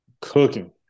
Cooking